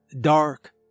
dark